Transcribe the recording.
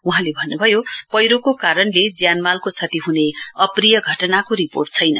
वहाँले भन्नुभयो पैह्रोको कारणले ज्यान मालको क्षति ह्ने अप्रिय घटनाको रिर्पोट छैन